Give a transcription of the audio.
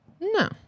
No